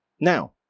Now